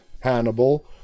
Hannibal